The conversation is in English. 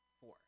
Four